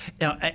now